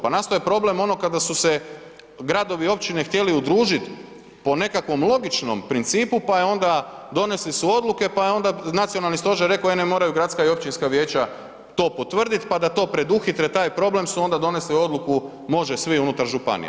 Pa nastao je problem ono kada su se gradovi i općine htjeli udružiti po nekakvom logičnom principu pa je onda, donesli su odluke, pa je onda nacionalni stožer rekao, e ne, moraju gradska i općinska vijeća to potvrditi, pa da to preduhitre taj problem su onda donesli odluku može svi unutar županija.